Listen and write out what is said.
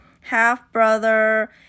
half-brother